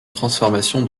transformation